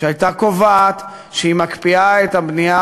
שהייתה קובעת שהיא מקפיאה את הבנייה